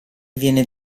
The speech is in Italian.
viene